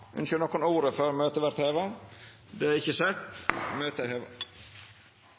nokon ordet før møtet vert heva? – Det er ikkje sett, og møtet er heva.